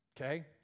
okay